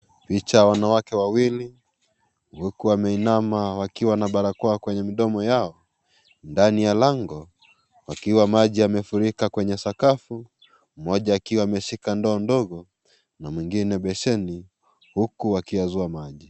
Picha ya wanwake wawili wakiwa wameinama wakiwa na barakoa kwenye midomo yao, ndani ya lango, pakiwa maji yamefurika kwenye sakafu mmoja akiwa ameshika ndoo ndogo na mwengine beseni huku wakiyazoa maji.